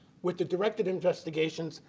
with a directed investigation,